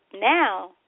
now